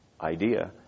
idea